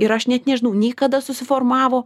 ir aš net nežinau nei kada susiformavo